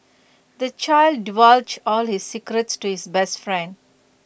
the child divulged all his secrets to his best friend